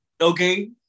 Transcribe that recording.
okay